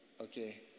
Okay